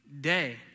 day